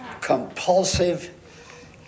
compulsive